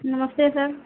नमस्ते सर